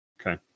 Okay